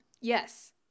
Yes